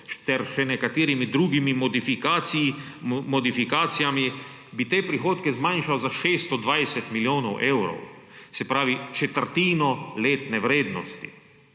ter še z nekaterimi drugimi modifikacijami bi te prihodke zmanjšal za 620 milijonov evrov, se pravi četrtino letne vrednosti.